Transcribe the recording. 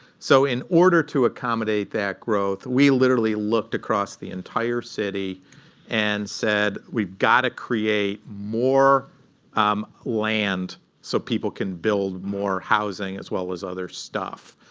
so in order to accommodate that growth, we literally looked across the entire city and said, we've got to create more um land so people can build more housing as well as other stuff.